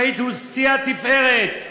השהיד הוא שיא התפארת,